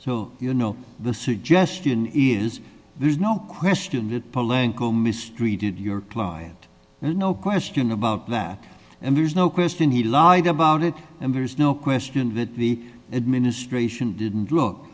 so you know the suggestion is there's no question that palanker mistreated your client there's no question about that and there's no question he lied about it and there's no question that the administration didn't look